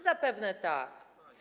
Zapewne tak.